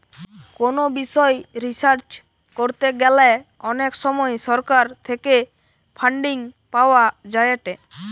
কোনো বিষয় রিসার্চ করতে গ্যালে অনেক সময় সরকার থেকে ফান্ডিং পাওয়া যায়েটে